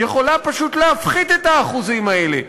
יכולה פשוט להפחית את האחוזים האלה.